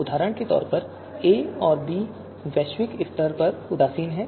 उदाहरण के लिए a और b विश्व स्तर पर उदासीन हैं